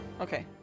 Okay